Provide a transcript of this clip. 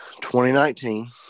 2019